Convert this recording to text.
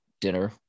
dinner